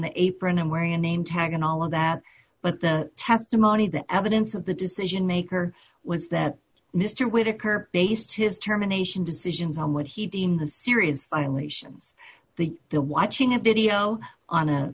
the apron and wearing a name tag and all of that but the testimony the evidence of the decision maker was that mister whitaker based his terminations decisions on what he deemed the serious violations the the watching a video on a